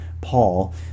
paul